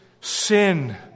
sin